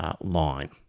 line